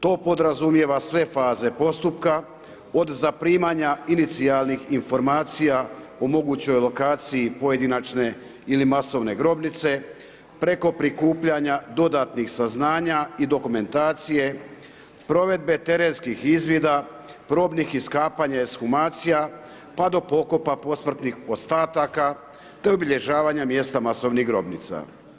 To podrazumijeva sve faze postupka, od zaprimanja inicijalnih informacija o mogućoj lokaciji pojedinačne ili masovne grobnice preko prikupljanja dodatnih saznanja i dokumentacije, provedbe terenskih izvida, probnih iskapanja ekshumacija, pa do pokopa posmrtnih ostataka, te obilježavanja mjesta masovnih grobnica.